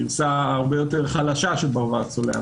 גרסה הרבה יותר חלשה של ברווז צולע.